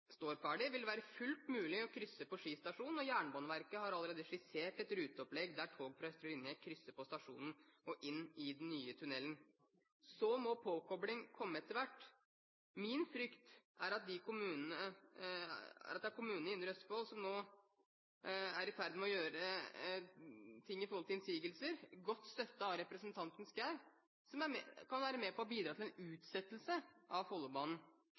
ferdig, vil det være fullt mulig å krysse på Ski stasjon, og Jernbaneverket har allerede skissert et ruteopplegg der tog fra Østre linje krysser på stasjonen og inn i den nye tunnelen. Så må påkobling komme etter hvert. Min frykt er at kommunene i Indre Østfold nå er i ferd med å komme med innsigelser – godt støttet av representanten Schou. Det kan være med på å bidra til en utsettelse av Follobanen.